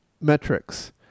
metrics